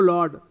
Lord